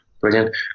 Brilliant